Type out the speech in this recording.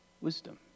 wisdom